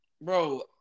bro